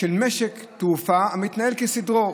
של משק תעופה המתנהל כסדרו,